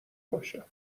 باشم